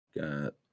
got